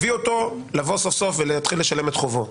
הביא אותו לבוא סוף סוף ולהתחיל לשלם את חובו.